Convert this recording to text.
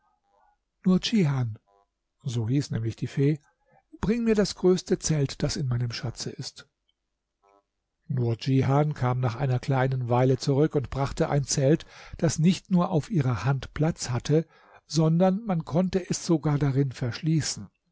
nurdschihan so hieß nämlich die fee bring mir das größte zelt das in meinem schatze ist nurdschihan kam nach einer kleinen weile zurück und brachte ein zelt das nicht nur auf ihrer hand platz hatte sondern man konnte es sogar darin verschließen